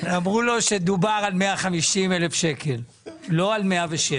ואמרו לו שדובר על 150,000 ₪; לא על 107,000 ₪.